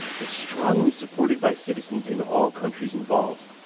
is strongly supported by citizens in all countries involved.